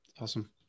Awesome